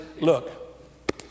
look